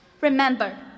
Remember